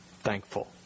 thankful